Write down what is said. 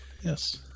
Yes